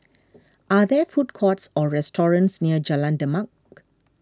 are there food courts or restaurants near Jalan Demak